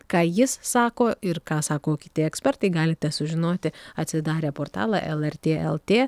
ką jis sako ir ką sako tie ekspertai galite sužinoti atsidarę portalą lrt lt